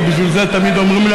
כי בשביל זה תמיד אומרים לי,